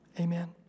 Amen